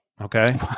Okay